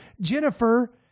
Jennifer